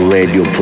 Radio